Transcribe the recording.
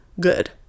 good